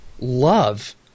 love